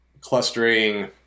clustering